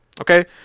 Okay